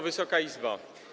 Wysoka Izbo!